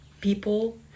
people